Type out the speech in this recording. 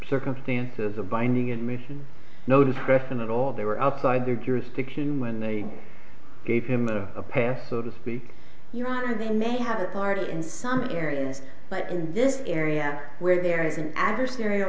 circumstance as a binding admission no discretion at all they were outside their jurisdiction when they gave him a pass so to speak your honor they may have a part in some areas but in this area where there is an adversarial